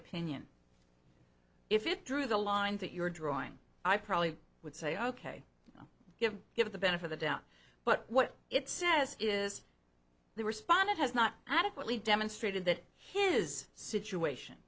opinion if it drew the line that you're drawing i probably would say ok now you give the benefit of doubt but what it says is the respondent has not adequately demonstrated that his situation